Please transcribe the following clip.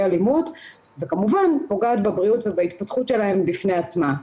אלימות וכמובן פוגעת בבריאות ובהתפתחות שלהם בפני עצמה.